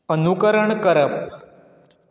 अनुकरण करप